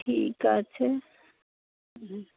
ঠিক আছে